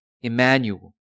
Emmanuel